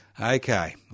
Okay